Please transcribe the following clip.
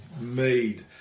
made